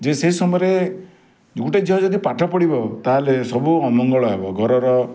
ଯେ ସେ ସମୟରେ ଗୋଟିଏ ଝିଅ ଯଦି ପାଠ ପଢ଼ିବ ତାହେଲେ ସବୁ ଅମଙ୍ଗଳ ହେବ ଘରର